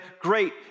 great